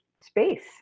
space